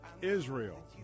Israel